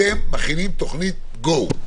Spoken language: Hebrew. אתם מכינים תוכנית go,